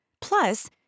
Plus